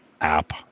app